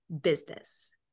business